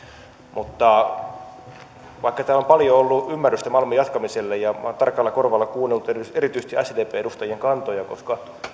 mutta vaikka täällä on paljon ollut ymmärrystä malmin jatkamiselle ja olen tarkalla korvalla kuunnellut erityisesti sdpn edustajien kantoja koska